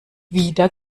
wieder